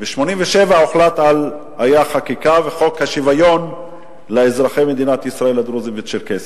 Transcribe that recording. ב-1987 הוחלט על חוק השוויון לאזרחי מדינת ישראל הדרוזים והצ'רקסים.